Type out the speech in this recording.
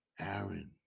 Aaron